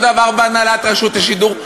אותו דבר בהנהלת רשות השידור.